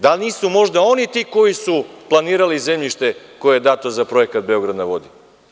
Da nisu možda oni ti koji su planirali zemljište koje je dato za Projekt „Beograd na vodi“